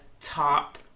top